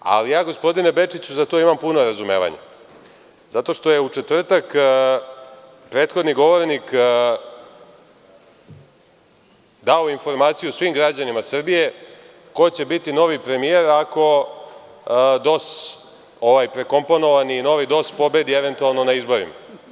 Ali, ja gospodine Bečiću, za to imam puno razumevanja, zato što je u četvrtak prethodni govornik dao informaciju svim građanima Srbije ko će biti novi premijer ako DOS, ovaj prekomponovani i novi DOS, pobedi eventualno na izborima.